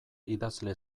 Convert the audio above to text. idazle